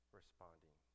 responding